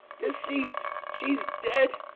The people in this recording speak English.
deceas'd she's dead!